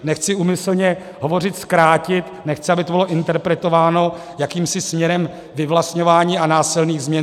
Nechci úmyslně hovořit zkrátit, nechci, aby to bylo interpretováno jakýmsi směrem vyvlastňování a násilných změn.